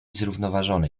zrównoważony